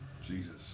Jesus